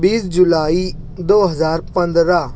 بیس جولائی دو ہزار پندرہ